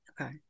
Okay